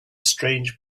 strange